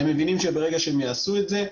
הם מבינים שברגע שהם יעשו את זה,